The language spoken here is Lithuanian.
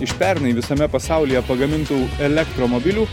iš pernai visame pasaulyje pagamintų elektromobilių